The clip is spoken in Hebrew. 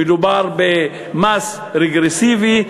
מדובר במס רגרסיבי,